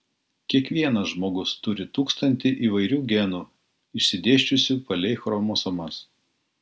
kiekvienas žmogus turi tūkstantį įvairių genų išsidėsčiusių palei chromosomas